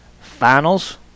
Finals